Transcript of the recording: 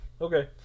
Okay